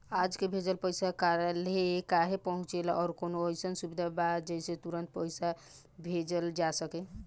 आज के भेजल पैसा कालहे काहे पहुचेला और कौनों अइसन सुविधा बताई जेसे तुरंते पैसा भेजल जा सके?